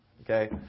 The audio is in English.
okay